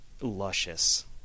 luscious